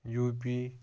U P